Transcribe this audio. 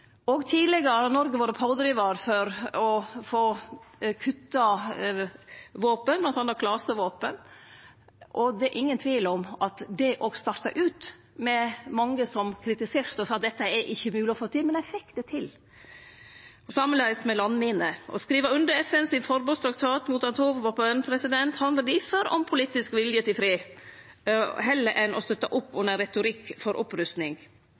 Òg tidlegare har Noreg vore pådrivar for å få kutta våpen, bl.a. klasevåpen, og det er ingen tvil om at det òg starta med mange som kritiserte oss med at dette ikkje var mogleg å få til – men dei fekk det til. Sameleis var det med landminer. Å skrive under FNs forbodstraktat mot atomvåpen handlar difor om politisk vilje til fred, heller enn å støtte opp under retorikk for opprusting.